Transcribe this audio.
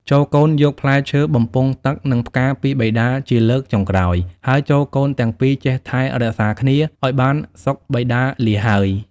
ចូរកូនយកផ្លែឈើ បំពង់ទឹក និងផ្កាពីបិតាជាលើកចុងក្រោយ ហើយចូរកូនទាំងពីរចេះថែរក្សាគ្នាឱ្យបានសុខបិតាលាហើយ។។